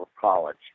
college